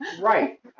Right